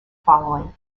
following